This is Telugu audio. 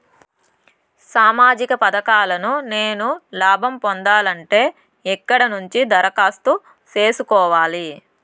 సామాజిక పథకాలను నేను లాభం పొందాలంటే ఎక్కడ నుంచి దరఖాస్తు సేసుకోవాలి?